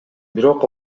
бирок